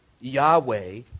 Yahweh